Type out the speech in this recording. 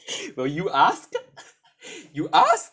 will you ask you ask